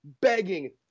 begging